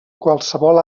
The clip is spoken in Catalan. qualsevol